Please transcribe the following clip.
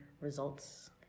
results